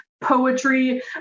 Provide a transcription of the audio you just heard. poetry